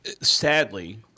sadly